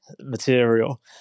material